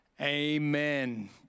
amen